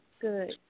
Good